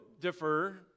differ